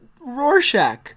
Rorschach